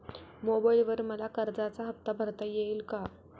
मोबाइलवर मला कर्जाचा हफ्ता भरता येईल का?